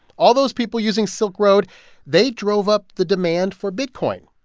all those people using silk road they drove up the demand for bitcoin,